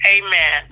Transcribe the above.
Amen